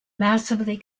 massively